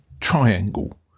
triangle